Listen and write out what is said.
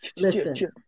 listen